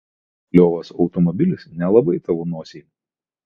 nuliovas automobilis nelabai tavo nosiai